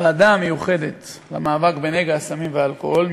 בוועדה המיוחדת למאבק בנגע הסמים והאלכוהול,